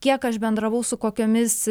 kiek aš bendravau su kokiomis